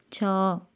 ଛଅ